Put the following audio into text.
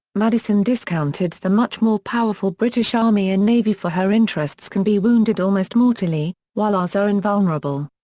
madison discounted the much more powerful british army and navy for her interests can be wounded almost mortally, while ours are invulnerable.